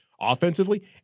offensively